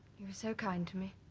he was so kind to me